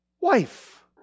Wife